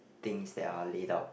things that are laid out